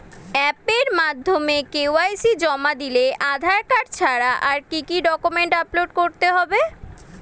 অ্যাপের মাধ্যমে কে.ওয়াই.সি জমা দিলে আধার কার্ড ছাড়া আর কি কি ডকুমেন্টস আপলোড করতে হবে?